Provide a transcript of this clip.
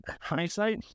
hindsight